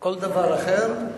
כל דבר אחר.